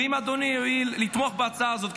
ואם אדוני יואיל לתמוך בהצעה הזאת,